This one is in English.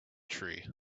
tree